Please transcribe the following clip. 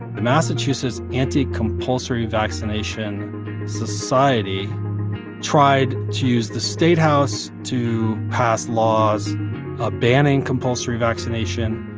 the massachusetts anti-compulsory vaccination society tried to use the state house to pass laws ah banning compulsory vaccination.